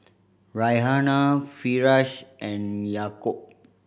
Raihana Firash and Yaakob